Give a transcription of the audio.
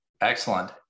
Excellent